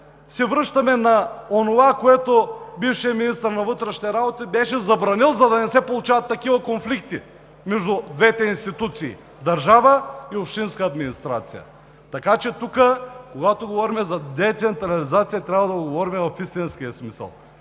се връщаме на онова, което бившият министър на вътрешните работи беше забранил, за да не се получават конфликти между двете институции – държава и общинска администрация. Така че, когато говорим за децентрализация, трябва да говорим в истинския ѝ смисъл: